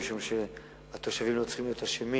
משום שהתושבים לא צריכים להיות אשמים